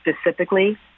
specifically